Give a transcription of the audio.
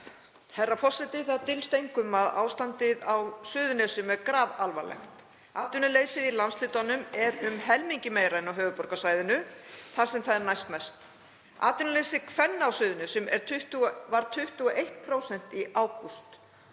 Herra forseti. Það dylst engum að ástandið á Suðurnesjum er grafalvarlegt. Atvinnuleysið í landshlutanum er um helmingi meira en á höfuðborgarsvæðinu þar sem það er næstmest. Atvinnuleysi kvenna á Suðurnesjum var 21% í ágúst